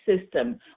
system